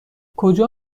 کجا